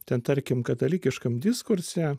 ten tarkim katalikiškam diskurse